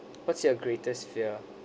what's your greatest fear